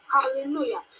Hallelujah